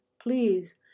please